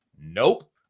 Nope